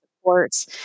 supports